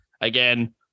again